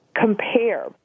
compare